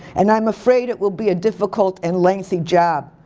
and i'm afraid it will be a difficult and lengthy job.